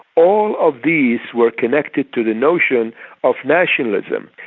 all of these were connected to the nation of nationalism,